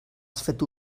fet